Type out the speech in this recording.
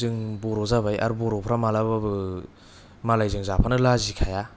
जों बर' जाबाय आर बर'फ्रा मालाबाबो मालायजों जाफानो लाजि खाया